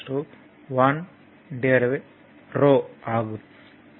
R 1rho ஆகும்